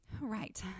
Right